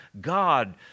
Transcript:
God